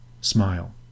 smile